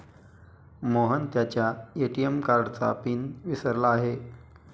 मोहन त्याच्या ए.टी.एम कार्डचा पिन विसरला आहे